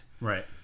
Right